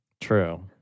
True